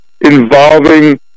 involving